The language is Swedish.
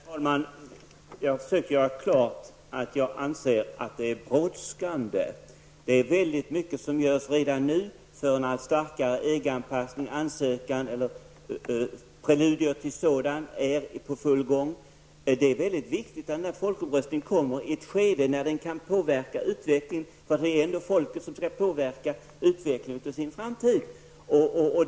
Herr talman! Jag försökte göra klart att jag anser att det är brådskande. Väldigt mycket görs redan nu för en allt starkare EG-anpassning, och preludier till en EG-ansökan är i full gång. Det är mycket viktigt att folkomröstningen kommer i ett skede när den kan påverka utvecklingen. Det är ändå så att folket skall påverka utvecklingen av sin framtid.